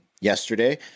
yesterday